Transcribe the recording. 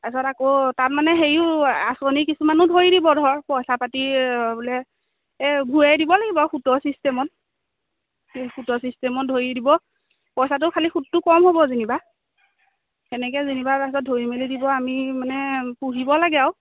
তাৰপিছত আকৌ তাত মানে হেৰিও আঁচনি কিছুমানো ধৰি দিব ধৰ পইচা পাতি বোলে এই ঘূৰাই দিব লাগিব আৰু সুতৰ চিষ্টেমত সুতৰ চিষ্টেমত ধৰি দিব পইচাটো খালী সুতটো কম হ'ব যেনিবা সেনেকৈ যেনিবা তাৰপিছত ধৰি মেলি দিব আমি মানে পুহিব লাগে আৰু